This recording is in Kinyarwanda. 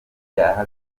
n’ibyaha